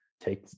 take